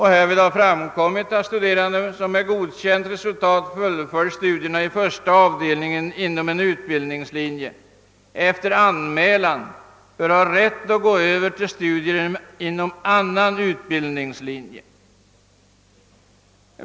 Härvid har framkommit att studerande, som med godkänt resultat fullföljt studierna i första avdelningen inom en utbildningslinje, efter anmälan bör ha rätt att gå över till studier inom annan utbildningslinje.